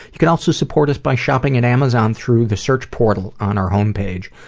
you could also support us by shopping at amazon through the search portal on our homepage.